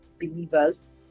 believers